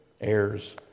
heirs